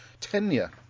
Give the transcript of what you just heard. tenure